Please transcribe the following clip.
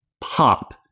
pop